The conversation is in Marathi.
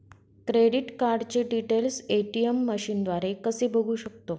क्रेडिट कार्डचे डिटेल्स ए.टी.एम मशीनद्वारे कसे बघू शकतो?